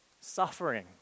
Suffering